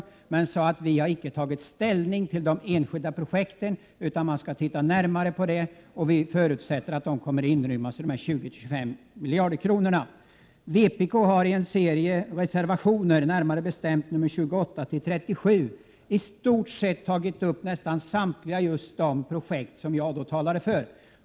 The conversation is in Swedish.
Jag sade samtidigt att vi icke har tagit ställning till de enskilda projekten, utan dem får vi titta närmare på. Vi förutsätter emellertid att de kommer att inrymmas i de 20-25 miljarderna. Vpk har i en serie reservationer, närmare bestämt reservationerna 28—37, tagit upp nästan samtliga de projekt som jag talade för.